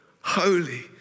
holy